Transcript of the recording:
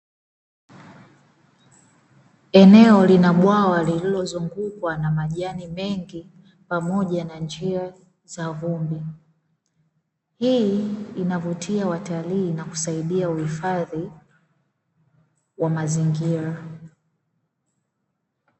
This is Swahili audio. Eneo lina bwawa lililozungukwa na majani mengi, pamoja na njia za vumbi. Hii inavutia watalii na kusaidia uhifadhi wa mazingira.